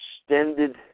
extended